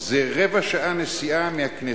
זה רבע שעה נסיעה מהכנסת.